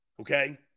okay